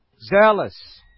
zealous